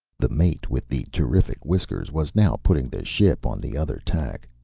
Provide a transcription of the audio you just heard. the mate with the terrific whiskers was now putting the ship on the other tack.